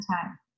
time